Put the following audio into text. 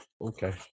Okay